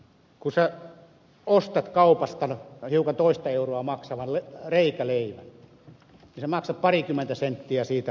kun sinä ostat kaupasta hiukan toista euroa maksavan reikäleivän niin sinä maksat parikymmentä senttiä siitä arvonlisäveroa